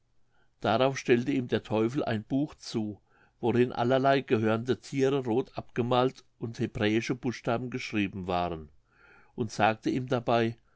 darauf stellte ihm der teufel ein buch zu worin allerlei gehörnte thiere roth abgemalt und hebräische buchstaben geschrieben waren und sagte ihm dabei